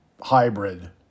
hybrid